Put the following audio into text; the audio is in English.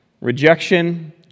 rejection